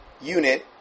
UNIT